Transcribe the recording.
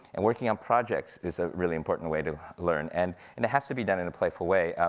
and working on projects is a really important way to learn. and and it has to be done in a playful way.